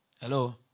Hello